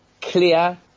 clear